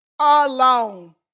alone